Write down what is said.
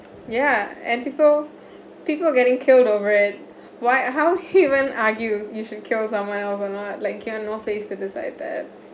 yeah and people people are getting killed over it why how human argue you should kill someone else or not like you're no place to decide that